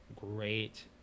great